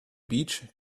beach